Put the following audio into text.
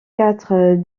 quatre